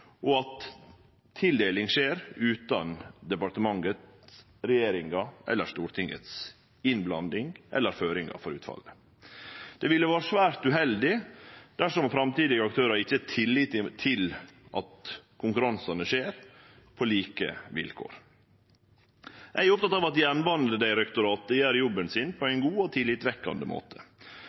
og at tildeling skjer utan departementet, regjeringa eller Stortinget si innblanding eller føringar for utfallet. Det ville vore svært uheldig dersom framtidige aktørar ikkje har tillit til at konkurransane skjer på like vilkår. Eg er oppteken av at Jernbanedirektoratet gjer jobben sin på ein god og tillitvekkande måte.